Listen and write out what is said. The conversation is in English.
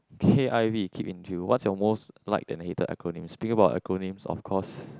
k_i_v keep in view what's your most like and hated acronym thinking about acronym of course